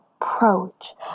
approach